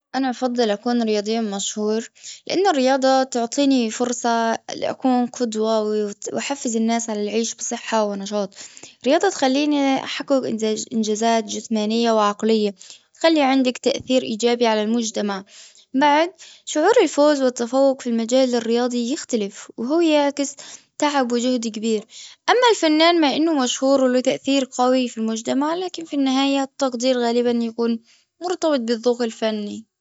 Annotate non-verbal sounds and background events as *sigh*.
أنا أفضل أكون رياضيا مشهور لأن الرياضة تعطيني فرصة *hesitation* لأكون قدوة *hesitation* وأحفز الناس على العيش بصحة ونشاط. الرياضة تخليني أحقق إنجاز- إنجازات جسمانية وعقلية. خلي عندك تأثير ايجابي على المجتمع. بعد شعور الفوز والتفوق في المجال الرياضي يختلف تعب وجهد كبير. أما الفنان مع أنه مشهور وله تأثير قوي في المجتمع لكن في النهاية التقدير غالبا يكون مرتبط بالذوق الفني.